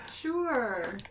Sure